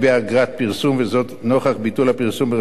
זאת נוכח ביטול הפרסום ברשומות ואגרת הפרסום